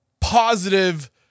positive